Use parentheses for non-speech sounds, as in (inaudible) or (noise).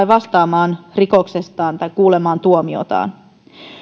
(unintelligible) vastaamaan rikoksestaan tai kuulemaan tuomiotaan